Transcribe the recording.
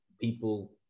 people